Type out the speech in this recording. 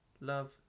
love